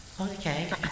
okay